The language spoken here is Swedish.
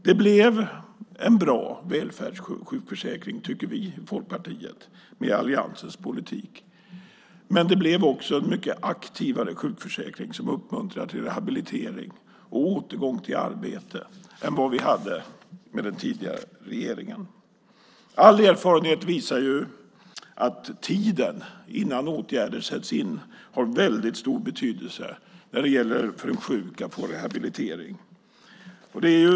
Det blev en bra välfärdssjukförsäkring med alliansens politik, tycker vi i Folkpartiet. Det blev också en mycket aktivare sjukförsäkring, som uppmuntrar till rehabilitering och återgång till arbetet, än den vi hade med den tidigare regeringen. All erfarenhet visar att tiden innan åtgärder sätts in har väldigt stor betydelse när det gäller för en sjuk att få rehabilitering.